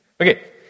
Okay